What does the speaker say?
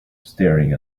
staring